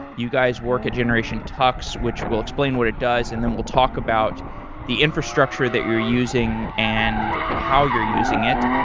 you guys work at generation tux, which we'll explain what it does and then we'll talk about the infrastructure that you're using and how you're using it.